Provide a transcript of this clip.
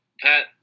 Pat